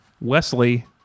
Wesley